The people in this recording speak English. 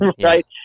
right